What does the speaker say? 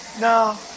No